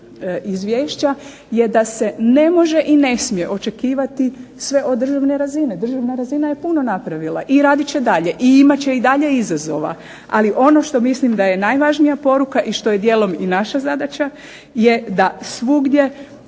izvješća je da se ne može i ne smije očekivati sve od državne razine. Državna razina je puno napravila i radit će dalje i imat će i dalje izazova. Ali ono što mislim da je najvažnija poruka i što je dijelom i naša zadaća je da svugdje